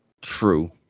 True